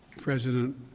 President